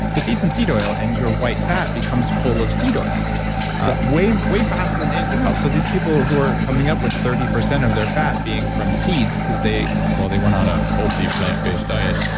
just eat some seed oil, and your white fat becomes full of seed oil way way faster than anything else. so these people who are coming up with thirty percent of their fat being from seeds because well they went on a healthy plant-based diet.